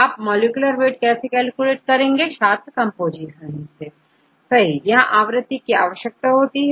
आप molecular weight कैसे calculate करेंगे छात्र कंपोजीशन कंपोजीशन से सही यहां आवृत्ति की आवश्यकता होती है